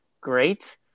great